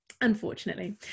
unfortunately